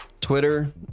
Twitter